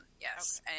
Yes